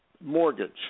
mortgage